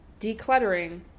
Decluttering